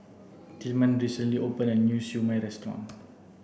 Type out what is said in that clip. Tilman recently opened a new Siew Mai restaurant